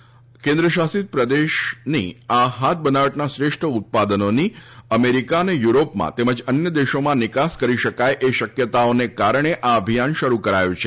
આ કેન્દ્રશાસિત પ્રદેશની હાથ બનાવટના શ્રેષ્ઠ ઉત્પાદનોની અમેરિકા અને યુરોપમાં તેમજ અન્ય દેશોમાં નિકાસ કરી શકાય એ શકયતાઓને કારણે આ અભિયાન શરૂ કરવામાં આવ્યું છે